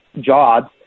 jobs